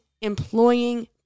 employing